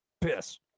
piss